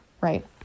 right